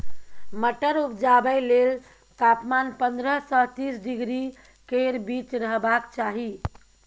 मटर उपजाबै लेल तापमान पंद्रह सँ तीस डिग्री केर बीच रहबाक चाही